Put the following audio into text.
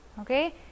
okay